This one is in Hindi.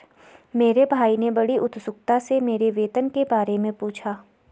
मेरे भाई ने बड़ी उत्सुकता से मेरी वेतन के बारे मे पूछा